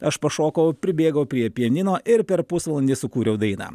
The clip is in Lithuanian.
aš pašokau pribėgau prie pianino ir per pusvalandį sukūriau dainą